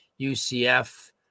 UCF